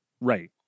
Right